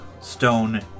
stone